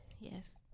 Yes